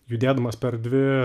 judėdamas per dvi